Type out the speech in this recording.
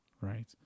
right